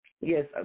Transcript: Yes